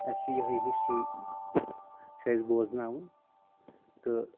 اَسہِ چھُ یِہوے ہسٹری چھِ اَسہِ بوزناوُن تہٕ